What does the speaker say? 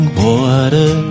water